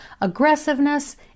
aggressiveness